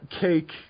Cake